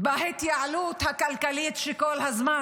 בהתייעלות הכלכלית שכל הזמן,